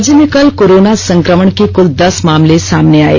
राज्य में कल कोरोना संकमण के कुल दस मामले सामने आये